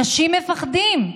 אנשים מפחדים,